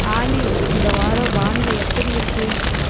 ஆலி இந்த வாரம் வானிலை எப்படி இருக்கு